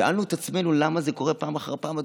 שאלנו את עצמנו למה זה קורה פעם אחר פעם,